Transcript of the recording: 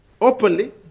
openly